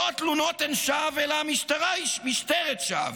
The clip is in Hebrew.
לא התלונות הן שווא אלא המשטרה היא משטרת שווא,